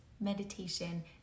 meditation